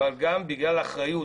אבל גם בגלל אחריות